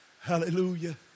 Hallelujah